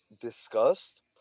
discussed